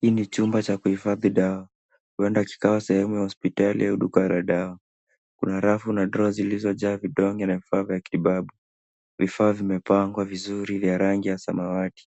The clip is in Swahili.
Hii chumba cha kuhifadhi dawa huenda kikawa sehemu ya hospitali au duka la dawa ,kuna rafu na droo zilizojaa vidonge na vifaa vya kimatibabu , vifaa vimepangwa vizuri vya rangi ya samawati